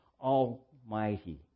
almighty